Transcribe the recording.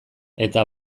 eta